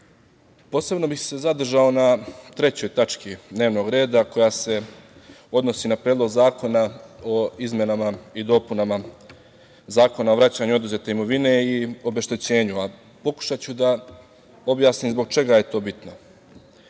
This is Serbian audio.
istih. Posebno bih se zadržao na trećoj tački dnevnog reda, koja se odnosi na Predlog zakona o izmenama i dopunama Zakona o vraćanju oduzete imovine i obeštećenju. Pokušaću da objasnim zbog čega je to bitno.S